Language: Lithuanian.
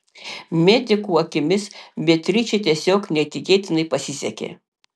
medikų akimis beatričei tiesiog neįtikėtinai pasisekė